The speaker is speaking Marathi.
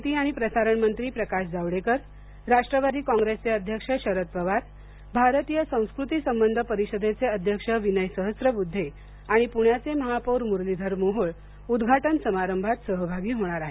माहिती आणि प्रसारण मंत्री प्रकाश जावडेकर राष्ट्रवादी काँग्रेसचे अध्यक्ष शरद पवार भारतीय संस्कृती संबंध परिषदेचे अध्यक्ष विनय सहस्रबुद्धे आणि पुण्याचे महापौर मुरलीधर मोहोळ उद्घाटन समारंभात सहभागी होणार आहेत